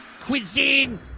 Cuisine